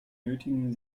nötigen